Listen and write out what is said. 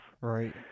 right